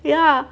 yeah